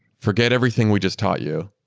forget everything we just taught you.